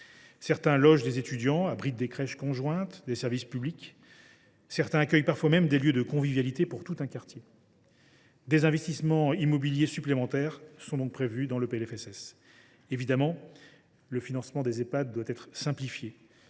Certains logent des étudiants, abritent des crèches conjointes, des services publics. Certains accueillent même parfois des lieux de convivialité pour tout un quartier. Des investissements immobiliers supplémentaires sont prévus à cet effet dans le PLFSS. Évidemment, le financement des Ehpad doit également être simplifié.